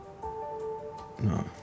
No